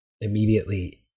immediately